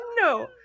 No